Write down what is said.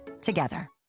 together